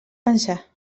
pensar